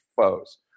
foes